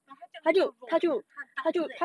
but 它这样多肉 leh 他很大子 leh